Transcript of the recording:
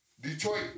Detroit